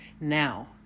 Now